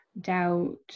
doubt